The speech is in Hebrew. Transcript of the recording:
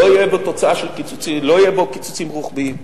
לא יהיו בו קיצוצים רוחביים.